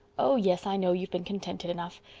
oh, yes, i know you've been contented enough.